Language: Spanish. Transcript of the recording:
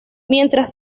mientras